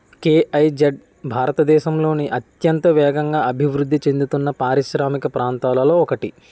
KIZ భారతదేశంలోని అత్యంత వేగంగా అభివృద్ధి చెందుతున్న పారిశ్రామిక ప్రాంతాలలో ఒకటి